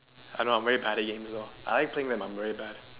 I don't know I'm very bad at games though I like playing but I'm very bad